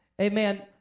Amen